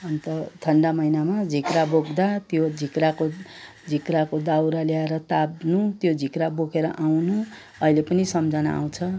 अन्त ठन्डा महिनामा झिक्रा बोक्दा त्यो झिक्राको दाउरा ल्याएर ताप्नु त्यो झिक्रा बोकेर आउनु अहिले पनि समझना आँउछ